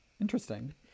interesting